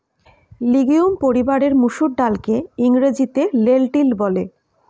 legume পরিবারের মুসুর ডালকে ইংরেজিতে লেন্টিল বলে